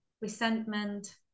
resentment